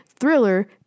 thriller